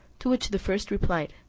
to which the first replied,